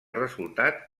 resultat